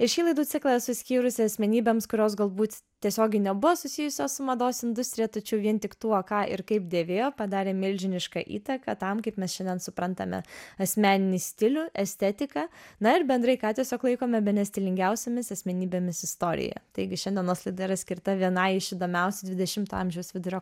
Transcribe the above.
ir šį laidų ciklą esu skyrusi asmenybėms kurios galbūt tiesiogiai nebuvo susijusios su mados industrija tačiau vien tik tuo ką ir kaip dėvėjo padarė milžinišką įtaką tam kaip mes šiandien suprantame asmeninį stilių estetiką na ir bendrai ką tiesiog laikome bene stilingiausiomis asmenybėmis istorijoje taigi šiandienos laida yra skirta vienai iš įdomiausių dvidešimto amžiaus vidurio